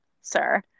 sir